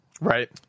Right